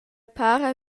para